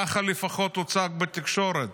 ככה לפחות הוצג בתקשורת: